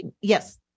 Yes